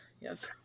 yes